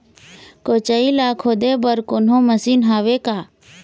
कोचई ला खोदे बर कोन्हो मशीन हावे का?